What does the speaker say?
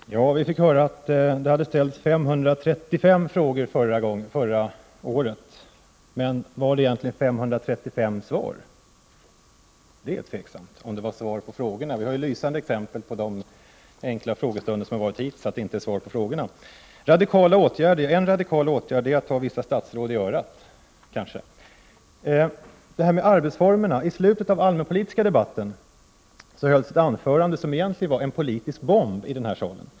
Fru talman! Vi fick höra att det ställdes 535 frågor förra året. Men var det egentligen 535 svar? Det är tvivelaktigt om frågorna besvarades. Vi har sett lysande exempel vid de enkla frågestunder som har varit hittills, att det inte har varit svar på frågorna. Statsministern talar om radikala åtgärder. En radikal åtgärd vore kanske att ta vissa statsråd i örat. I slutet av den allmänpolitiska debatten hölls ett anförande som egentligen var en politisk bomb i denna sal.